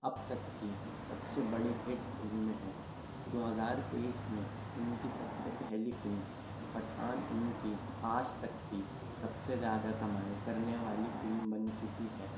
اب تک کی سب سے بڑی ہٹ فلمیں ہیں دو ہزار تیئیس میں ان کی سب سے پہلی فلم پٹھان ان کی آج تک کی سب سے زیادہ کمائی کرنے والی فلم بن چکی ہے